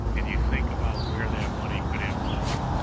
and you think about where that money could have gone